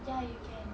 you can